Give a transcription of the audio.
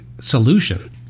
solution